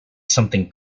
something